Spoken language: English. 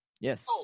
yes